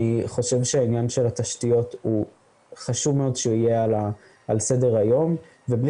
אני חושב שהעניין של התשתיות חשוב מאוד שיהיה על סדר היום ובלי